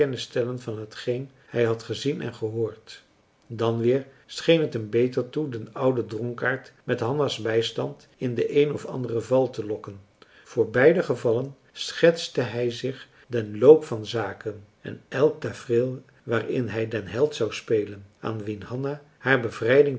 stellen van hetgeen hij had gezien en gehoord dan weer scheen het hem beter toe den ouden dronkaard met hanna's bijstand in de een of andere val te lokken voor beide gevallen schetste hij zich den loop van zaken en elk tafereel waarin hij den held zou spelen aan wien hanna hare bevrijding